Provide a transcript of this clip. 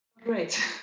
Great